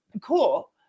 cool